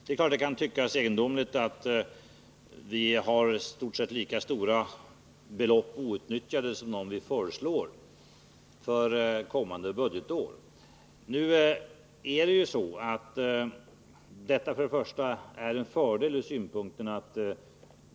Det är klart att det kan tyckas egendomligt att vi på det hela taget har lika stora belopp outnyttjade som dem vi föreslår för kommande budgetår. Detta är emellertid en fördel med tanke på vår bytesbalans.